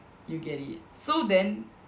you get it so then